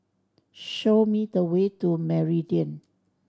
show me the way to Meridian